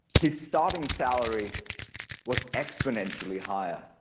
his starting salary was exponentially higher.